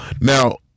Now